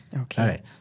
Okay